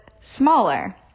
smaller